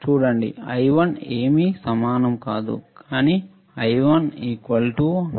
చూడండి I1 ఏమీ సమానం కాదు కానీ I1 I2 Ib1